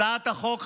הצעת החוק,